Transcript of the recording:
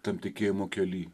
tam tikėjimo kely